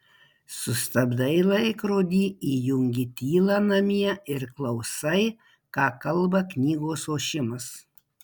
sustabdai laikrodį įjungi tylą namie ir klausai ką kalba knygos ošimas